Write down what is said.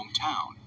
hometown